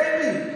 תן לי.